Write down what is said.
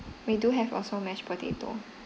we do have also mashed potato